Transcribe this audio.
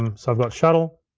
and so i've got shuttle.